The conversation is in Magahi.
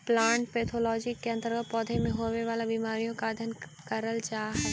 प्लांट पैथोलॉजी के अंतर्गत पौधों में होवे वाला बीमारियों का अध्ययन करल जा हई